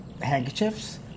handkerchiefs